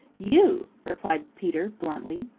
you, replied peter bluntly.